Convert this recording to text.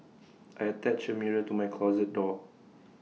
I attached A mirror to my closet door